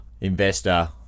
investor